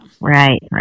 Right